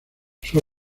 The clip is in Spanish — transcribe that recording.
sus